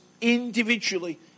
individually